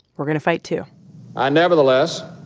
we're going to fight, too i, nevertheless,